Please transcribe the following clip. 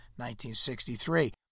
1963